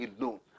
alone